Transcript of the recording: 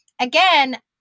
Again